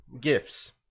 gifts